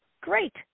Great